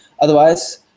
Otherwise